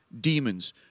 demons